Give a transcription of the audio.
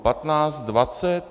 Patnáct, dvacet?